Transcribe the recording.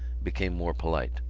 became more polite.